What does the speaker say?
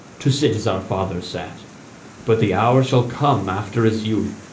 to sit as our fathers sat but the hour shall come after his youth,